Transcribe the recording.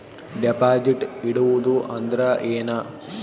Deposit ಇಡುವುದು ಅಂದ್ರ ಏನ?